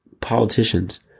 Politicians